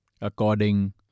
according